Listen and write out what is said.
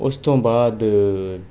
उस थमां बाद